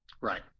right